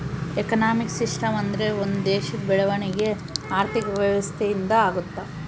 economic system ಅಂದ್ರೆ ಒಂದ್ ದೇಶದ ಬೆಳವಣಿಗೆ ಆರ್ಥಿಕ ವ್ಯವಸ್ಥೆ ಇಂದ ಆಗುತ್ತ